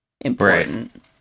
important